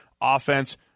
offense